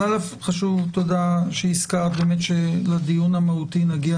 אז שוב ותודה שהזכרת באמת שלדיון המהותי נגיע